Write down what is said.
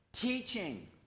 Teaching